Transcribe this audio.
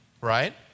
right